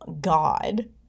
God